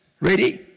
Ready